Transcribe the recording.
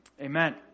amen